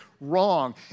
wrong